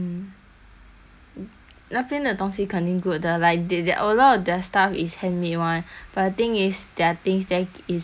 那边的东西肯定 good 的 like th~ they a lot of their stuff is handmade [one] but thing is their things there is really quite pricey also